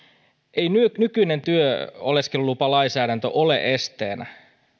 ei nykyinen työ ja oleskelulupalainsäädäntö ole esteenä